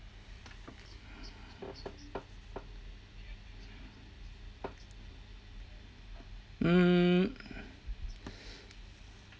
mm